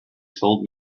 told